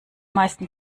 meisten